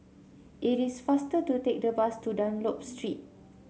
it is faster to take the bus to Dunlop Street